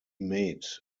made